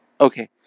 Okay